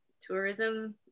tourism